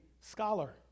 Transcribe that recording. scholar